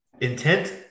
intent